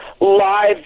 live